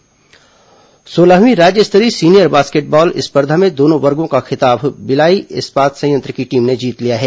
basketball सोलहवीं राज्य स्तरीय सीनियर बास्केटबॉल स्पर्धा में दोनों वर्गों का खिताब भिलाई इस्पात संयंत्र की टीम ने जीत लिया है